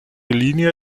linie